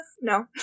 No